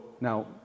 now